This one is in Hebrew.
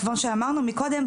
כמו שאמרנו מקודם,